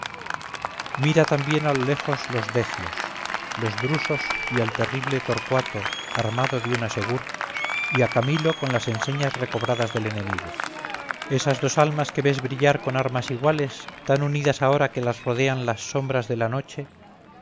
mira también a lo lejos los decios los drusos y al terrible torcuato armado de una segur y a camilo con las enseñas recobradas del enemigo esas dos almas que ves brillar con armas iguales tan unidas ahora que las rodean las sombras de la noche